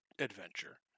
adventure